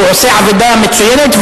והוא עושה עבודה מצוינת,